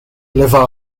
levá